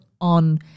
on